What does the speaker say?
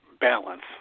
balance